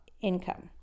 income